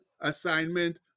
assignment